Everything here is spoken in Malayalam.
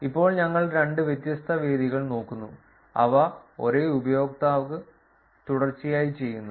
ഇപ്പോൾ ഞങ്ങൾ രണ്ട് വ്യത്യസ്ത വേദികൾ നോക്കുന്നു അവ ഒരേ ഉപയോക്താവ് തുടർച്ചയായി ചെയ്യുന്നു